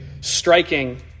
striking